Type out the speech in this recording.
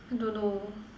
I don't know